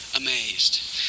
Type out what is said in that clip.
amazed